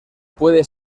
puede